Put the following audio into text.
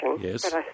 Yes